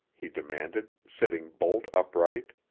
he demanded, sitting bolt upright.